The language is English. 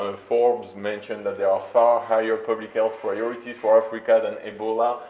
ah forbes mentioned that there are far higher public health priorities for africa than ebola,